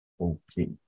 Okay